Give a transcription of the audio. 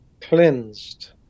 cleansed